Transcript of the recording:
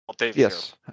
Yes